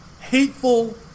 hateful